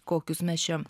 kokius mes čia